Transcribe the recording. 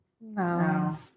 No